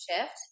shift